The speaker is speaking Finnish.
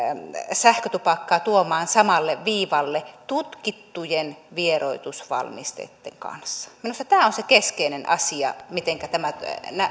sähkötupakkaa tuomaan samalle viivalle tutkittujen vieroitusvalmisteitten kanssa minusta tämä on se keskeinen asia mitenkä tämä